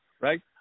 Right